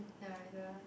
ya and the